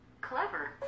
Clever